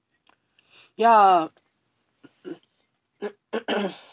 ya